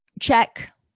check